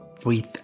Breathe